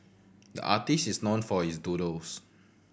the artist is known for his doodles